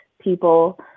people